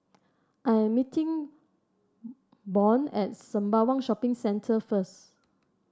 I am meeting Byron at Sembawang Shopping Centre first